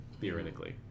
theoretically